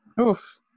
Oof